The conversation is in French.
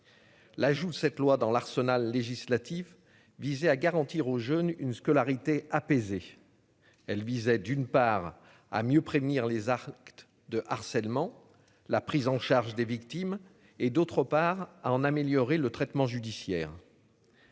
L'ajout de cette loi dans l'arsenal législatif visait à garantir aux jeunes une scolarité apaisée. Elle visait d'une part, à mieux prévenir les actes de harcèlement. La prise en charge des victimes et d'autre part à en améliorer le traitement judiciaire.